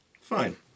Fine